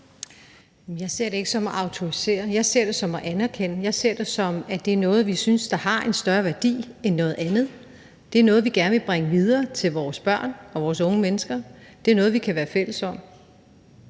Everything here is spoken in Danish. Jeg ser det ikke som at autorisere. Jeg ser det som at anerkende. Jeg ser det som noget, vi synes har en større værdi end noget andet. Det er noget, vi gerne vil bringe videre til vores børn og vores unge mennesker; det er noget, vi kan være fælles om.